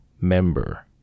member